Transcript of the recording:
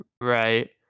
right